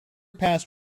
past